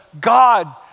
God